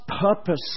purpose